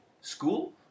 school